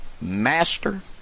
Master